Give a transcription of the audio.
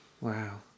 wow